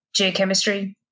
geochemistry